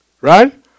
Right